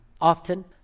often